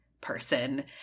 person